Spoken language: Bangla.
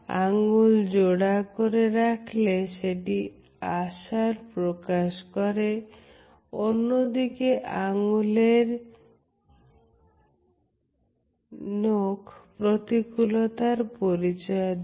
আঙুল জোড়া করে রাখলে সেটি আশার প্রকাশ করে অন্যদিকে আঙ্গুলের নখ প্রতিকূলতার পরিচয় দেয়